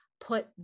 put